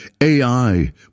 AI